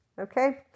okay